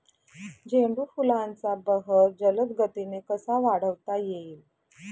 झेंडू फुलांचा बहर जलद गतीने कसा वाढवता येईल?